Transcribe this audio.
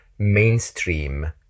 mainstream